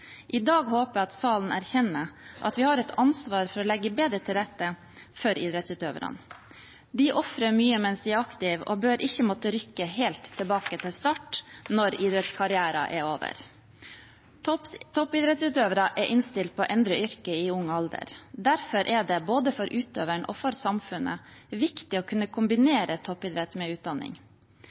I dag håper jeg salen erkjenner at vi har et ansvar for å legge bedre til rette for idrettsutøverne. De ofrer mye mens de er aktive og bør ikke måtte rykke helt tilbake til start når idrettskarrieren er over. Toppidrettsutøvere er innstilt på å endre yrke i ung alder. Derfor er det både for utøveren og for samfunnet viktig å kunne kombinere toppidrett med utdanning.